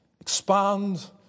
Expand